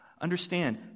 understand